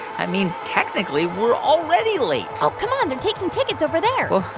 i mean, technically, we're already late oh, come on. they're taking tickets over there well,